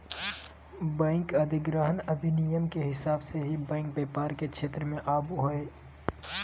bank अधिग्रहण अधिनियम के हिसाब से ही बैंक व्यापार के क्षेत्र मे आवो हय